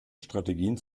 strategien